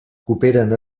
cooperen